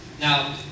Now